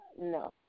No